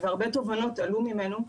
והרבה תובנות עלו ממנו.